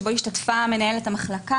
שבו השתתפה מנהלת המחלקה,